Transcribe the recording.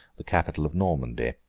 the capital of normandy.